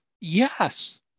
Yes